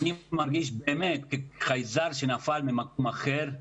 אני מרגיש כחייזר שנפל ממקום אחר,